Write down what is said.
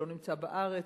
שלא נמצא בארץ,